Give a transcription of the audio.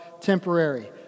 temporary